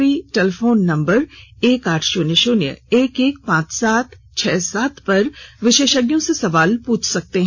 श्रोता toll free telephone number एक आठ शून्य शून्य एक एक पांच सात छह सात पर विशेषज्ञों से सवाल पूछ सकते हैं